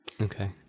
Okay